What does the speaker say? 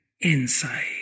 inside